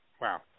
Wow